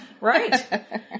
Right